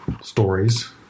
stories